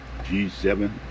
G7